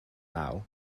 naw